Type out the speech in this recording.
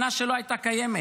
שנה שלא הייתה קיימת.